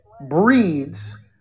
breeds